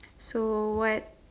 so what